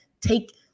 take